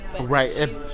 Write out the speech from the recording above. Right